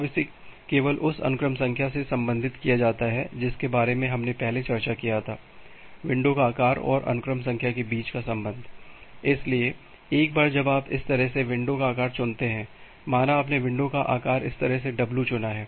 अब इसे केवल उस अनुक्रम संख्या से संबंधित किया जाता है जिसके बारे में हमने पहले चर्चा की है विंडो का आकार और अनुक्रम संख्या के बीच का सम्बन्ध इसलिए एक बार जब आप इस तरह से विंडो का आकार चुनते हैं माना आपने विंडो का आकार इस तरह से w चुना है